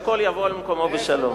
והכול יבוא על מקומו בשלום.